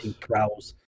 prowls